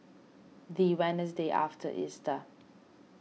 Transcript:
the Wednesday after Easter